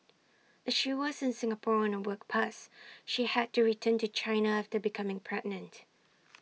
as she was in Singapore on A work pass she had to return to China after becoming pregnant